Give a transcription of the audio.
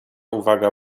uwaga